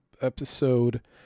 episode